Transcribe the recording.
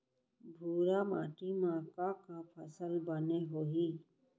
भूरा माटी मा का का फसल बने होही?